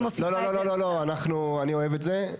לא, לא, אני אוהב את זה.